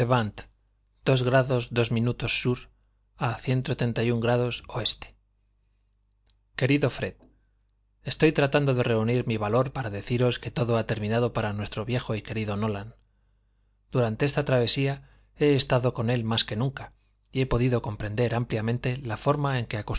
que vengo haciendo he aquí la carta levant s a o querido fred estoy tratando de reunir mi valor para deciros que todo ha terminado para nuestro viejo y querido nolan durante esta travesía he estado con él más que nunca y he podido comprender ampliamente la forma en que